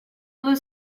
blue